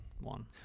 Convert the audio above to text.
one